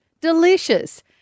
Delicious